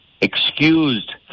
excused